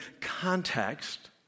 context